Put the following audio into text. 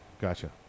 Gotcha